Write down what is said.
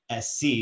SC